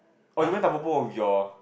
oh you went Tampopo with your